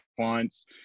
clients